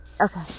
Okay